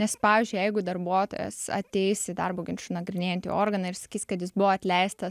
nes pavyzdžiui jeigu darbuotojas ateis į darbo ginčų nagrinėjantį organą ir sakys kad jis buvo atleistas